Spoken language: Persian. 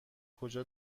کجا